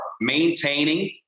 maintaining